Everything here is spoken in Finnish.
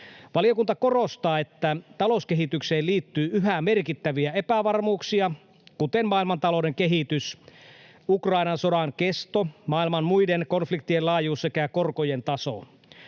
Valiokunta korostaa, että talouskehitykseen liittyy yhä merkittäviä epävarmuuksia, kuten maailmantalouden kehitys, Ukrainan sodan kesto, maailman muiden konfliktien laajuus sekä korkojen taso.